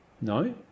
no